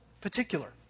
particular